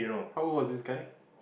how old was this guy